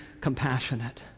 compassionate